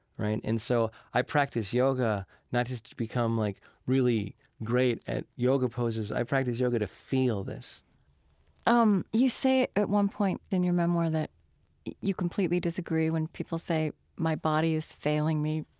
right? and so i practice yoga not just to become, like, really great at yoga poses. i practice yoga to feel this um, you say at one point in your memoir that you completely disagree when people say, my body is failing me.